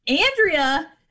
andrea